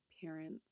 parents